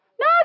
No